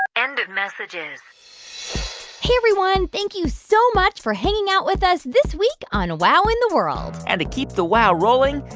end of messages hey, everyone. thank you so much for hanging out with us this week on wow in the world and to keep the wow rolling,